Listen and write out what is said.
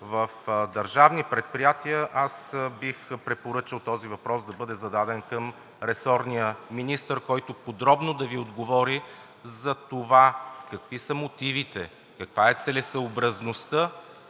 в държавни предприятия. Аз бих препоръчал този въпрос да бъде зададен към ресорния министър, който подробно да Ви отговори за това какви са мотивите, каква е целесъобразността